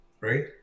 right